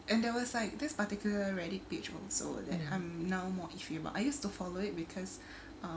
and there was like this particular Reddit page was so I'm now more if you but I used to follow it because um